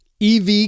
EV